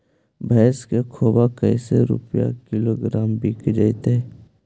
भैस के खोबा कैसे रूपये किलोग्राम बिक जइतै?